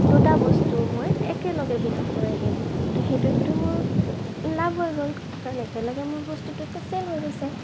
দুটা বস্তুৰ মই একেলগে বিক্ৰী কৰি দিম ত' সেইটোততো মোৰ লাভ হৈ গ'ল কাৰণ একেলগে মোৰ বস্তু দুটা ছেল হৈ গৈছে